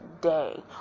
day